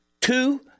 two